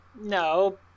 No